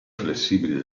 flessibile